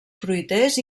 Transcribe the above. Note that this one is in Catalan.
fruiters